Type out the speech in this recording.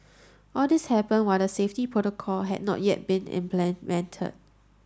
all this happened while the safety protocol had not yet been implemented